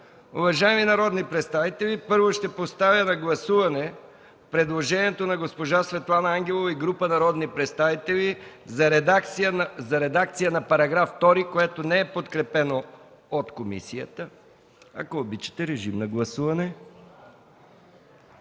Уважаеми народни представители, първо ще поставя на гласуване предложението на госпожа Светлана Ангелова и група народни представители за редакция на § 2, което не е подкрепено от комисията. Ако обичате, режим на гласуване.